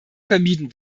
vermieden